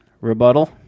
Rebuttal